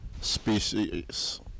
species